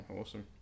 awesome